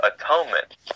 atonement